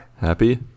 Happy